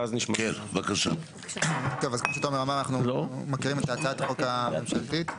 כפי שתומר אמר, נקריא את הצעת החוק הממשלתית.